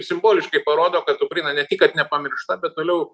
simboliškai parodo kad ukraina ne tik kad nepamiršta bet toliau